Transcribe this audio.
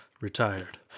retired